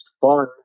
fun